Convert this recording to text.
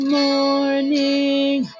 morning